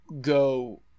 go